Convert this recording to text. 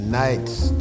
night's